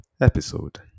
episode